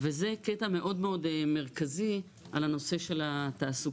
וזה קטע מאוד מרכזי, על הנושא של התעסוקה.